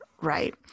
Right